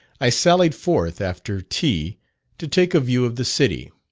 i sallied forth after tea to take a view of the city.